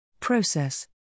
process